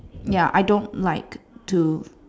ya I don't like to